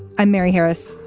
i'm mary harris.